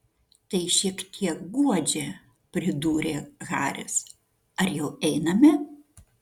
tai šiek tiek guodžia pridūrė haris ar jau einame